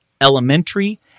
elementary